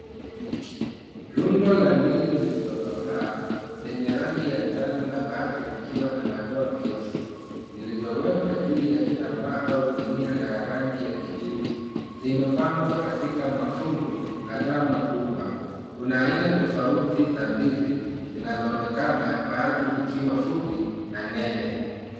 Rundo la ndizi zilizokomaa zenye rangi ya njano na baadhi zikiwa na madoa meusi zilizowekwa juu ya kitambaa au gunia la rangi ya kijivu. Zimepangwa katika mafungu kadhaa makubwa. Kuna aina tofauti za ndizi, zinazoonekana baadhi zikiwa fupi na nene.